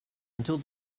until